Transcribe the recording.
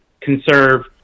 conserve